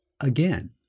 again